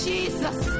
Jesus